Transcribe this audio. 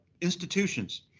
institutions